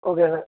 okay sir